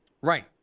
Right